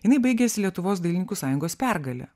jinai baigėsi lietuvos dailininkų sąjungos pergale